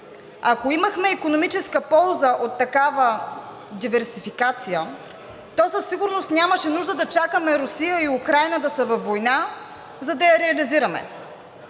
Ако имахме икономическа полза от такава диверсификация, то със сигурност нямаше нужда да чакаме Русия и Украйна да са във война, за да я реализираме.